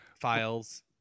files